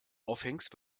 aufhängst